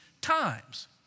times